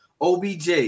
obj